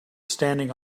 standing